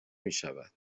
میشود